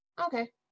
Okay